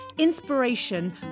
inspiration